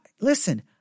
listen